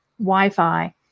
Wi-Fi